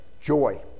joy